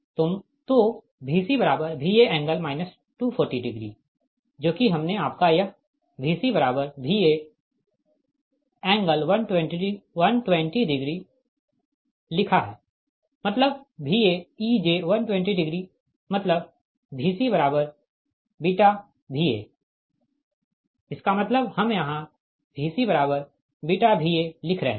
तो VcVa∠ 240जो कि हमने आपका यह VcVa120दिया है मतलब Vaej120 मतलब VcβVaइसका मतलब हम यहाँ VcβVa लिख रहे है